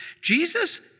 Jesus